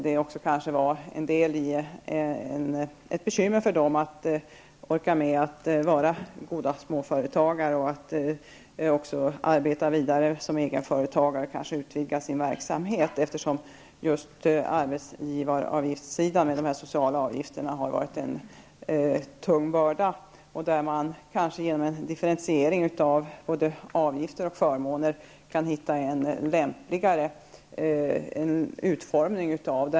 Det kanske blev ett bekymmer för dem att orka med att vara goda småföretagare och att arbeta vidare såsom egenföretagare och kanske också utvidga sin verksamhet, eftersom just arbetsgivaravgiftssidan med dessa sociala avgifter har varit en tung börda. Genom en differentiering både av avgifter och av förmåner kan man kanske hitta en lämpligare utformning.